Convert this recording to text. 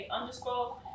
underscore